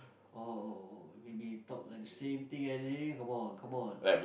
oh oh oh maybe talk like the same thing everyday come on come on